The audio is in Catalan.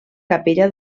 capella